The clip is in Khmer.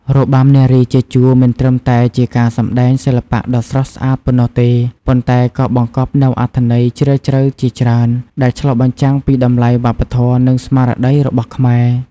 របាំនារីជាជួរ មិនត្រឹមតែជាការសម្តែងសិល្បៈដ៏ស្រស់ស្អាតប៉ុណ្ណោះទេ ប៉ុន្តែក៏បង្កប់នូវអត្ថន័យជ្រាលជ្រៅជាច្រើន ដែលឆ្លុះបញ្ចាំងពីតម្លៃវប្បធម៌ និងស្មារតីរបស់ខ្មែរ។